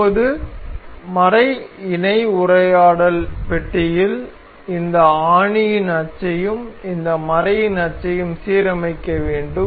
இப்போது ஸ்க்ரூ இணை உரையாடல் பெட்டியில் இந்த ஆணியின் அச்சையும் இந்த மறையின் அச்சையும் சீரமைக்க வேண்டும்